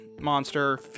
monster